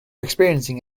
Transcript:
experiencing